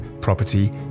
property